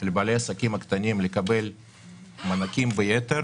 לבעלי העסקים הקטנים לקבל מענקים ביתר